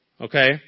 Okay